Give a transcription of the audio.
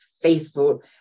faithful